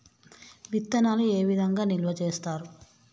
విత్తనాలు ఏ విధంగా నిల్వ చేస్తారు?